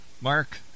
Mark